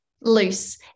loose